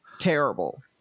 terrible